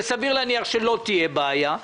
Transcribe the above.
וסביר להניח שלא תהיה בעיה,